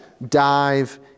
dive